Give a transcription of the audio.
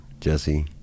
Jesse